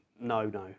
no-no